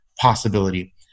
possibility